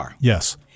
Yes